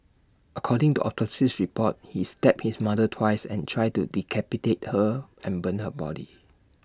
according to autopsy reports he stabbed his mother twice and tried to decapitate her and burn her body